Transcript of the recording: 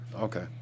Okay